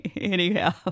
anyhow